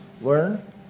learn